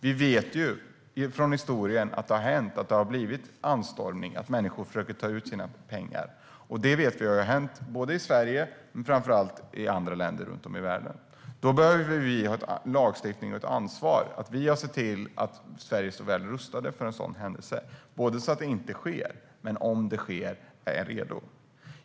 Vi vet ju från historien att det har hänt att det blivit anstormning och att människor försöker ta ut sina pengar. Vi vet att det har hänt i Sverige men framför allt i andra länder runt om i världen. Därför har vi ett ansvar att ha en lagstiftning som ser till att Sverige är väl rustat för en sådan händelse: Det ska inte ske, men om det sker ska vi vara redo.